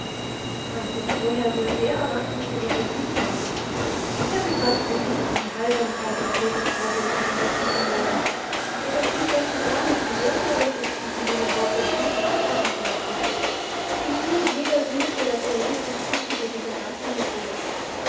mein gott woher soll der erwachsene philosophie haben er begreift mit nichten die heilsamkeit des lebensvorbildlichen getretenwerdens er versteht ganz und gar nicht wie wertvoll es ist sich die junge haut durch schinden abhärten zu lassen ihm fehlt jeder sinn für das realistisch tüchtige dieser ganzen methode